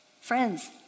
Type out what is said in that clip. Friends